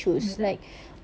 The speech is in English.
mm betul